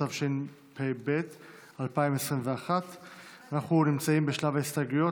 התשפ"ב 2021. אנחנו נמצאים בשלב ההסתייגויות